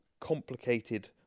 complicated